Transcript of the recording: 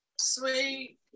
Sweet